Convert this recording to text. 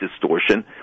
distortion